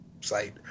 site